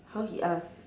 how he ask